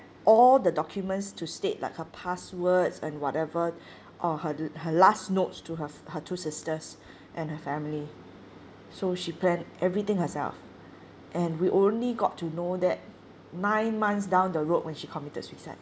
all the documents to state like her passwords and whatever or her l~ her last notes to her her two sisters and her family so she plan everything herself and we only got to know that nine months down the road when she committed suicide